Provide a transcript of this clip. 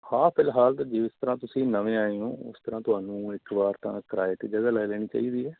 ਹਾਂ ਫਿਲਹਾਲ ਤਾਂ ਜਿਸ ਤਰ੍ਹਾਂ ਤੁਸੀਂ ਨਵੇਂ ਆਏ ਹੋ ਉਸ ਤਰ੍ਹਾਂ ਤੁਹਾਨੂੰ ਇੱਕ ਵਾਰ ਤਾਂ ਕਿਰਾਏ 'ਤੇ ਜਗ੍ਹਾ ਲੈ ਲੈਣੀ ਚਾਹੀਦੀ ਹੈ